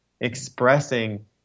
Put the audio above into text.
expressing